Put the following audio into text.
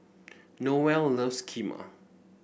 Noelle loves Kheema